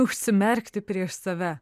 užsimerkti prieš save